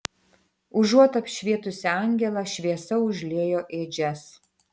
užuot apšvietusi angelą šviesa užliejo ėdžias